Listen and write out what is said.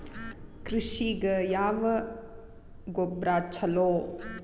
ಕೃಷಿಗ ಯಾವ ಗೊಬ್ರಾ ಛಲೋ?